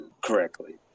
correctly